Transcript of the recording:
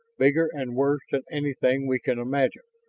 bigger and worse than anything we can imagine.